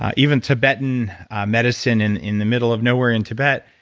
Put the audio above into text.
ah even tibetan medicine in in the middle of nowhere in tibet,